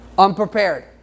Unprepared